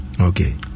Okay